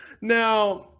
now